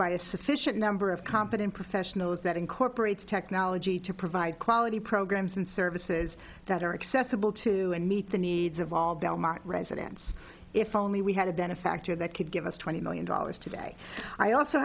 by a sufficient number of competent professionals that incorporates technology to provide quality programs and services that are accessible to and meet the needs of all belmont residents if only we had a benefactor that could give us twenty million dollars today i also